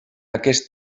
aquest